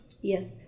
Yes